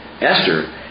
Esther